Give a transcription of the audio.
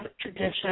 tradition